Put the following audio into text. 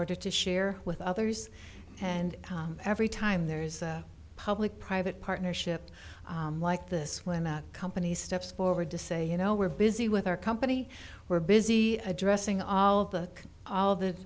order to share with others and every time there is a public private partnership like this when a company steps forward to say you know we're busy with our company we're busy addressing all the all the